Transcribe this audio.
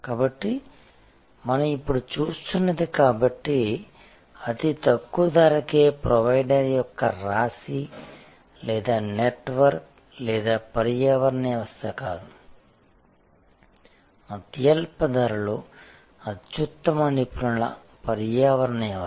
కాబట్టి మనం ఇప్పుడు చూస్తున్నది కాబట్టి అతి తక్కువ ధరకే ప్రొవైడర్ యొక్క రాశి లేదా నెట్వర్క్ లేదా పర్యావరణ వ్యవస్థ కాదు అత్యల్ప ధరలో అత్యుత్తమ నిపుణుల పర్యావరణ వ్యవస్థ